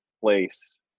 place